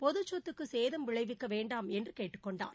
பொதுச்சொத்துக்கு சேதம் விளைவிக்க வேண்டாம் என்று கேட்டுக் கொண்டார்